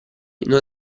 non